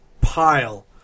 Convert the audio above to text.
pile